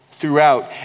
throughout